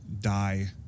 die